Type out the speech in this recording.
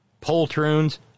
Poltroons